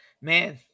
Man